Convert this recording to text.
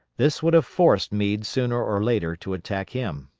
this would have forced meade sooner or later to attack him.